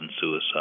suicide